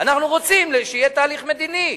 אנחנו רוצים שיהיה תהליך מדיני.